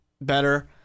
better